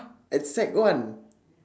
!huh! at sec one